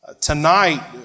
Tonight